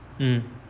mm